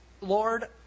Lord